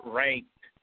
ranked